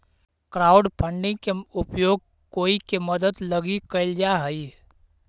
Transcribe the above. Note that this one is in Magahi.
क्राउडफंडिंग के उपयोग कोई के मदद लगी कैल जा हई